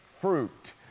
fruit